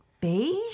beige